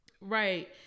Right